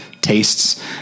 tastes